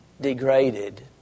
degraded